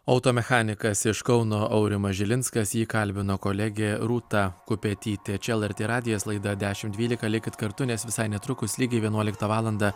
auto mechanikas iš kauno aurimas žilinskas jį kalbino kolegė rūta kupetytė lrt radijas laida dešimt dvylika likit kartu nes visai netrukus lygiai vienuoliktą valandą